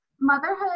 motherhood